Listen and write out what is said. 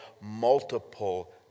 multiple